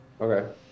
Okay